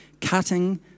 cutting